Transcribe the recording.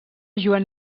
joan